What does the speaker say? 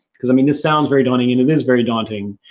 because, i mean, this sounds very daunting and it is very daunting.